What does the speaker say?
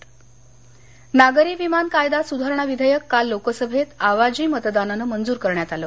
विमान विधेयक नागरी विमान कायदा सुधारणा विधेयक काल लोकसभेत आवाजी मतदानानं मंजूर करण्यात आलं